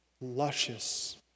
luscious